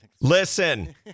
Listen